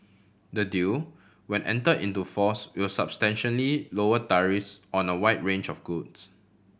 the deal when enter into force will substantially lower on the wide range of goods